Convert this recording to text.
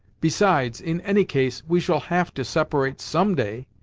besides, in any case, we shall have to separate some day.